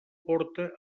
porta